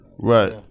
Right